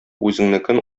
үзеңнекен